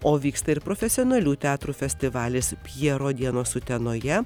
o vyksta ir profesionalių teatrų festivalis pjero dienos utenoje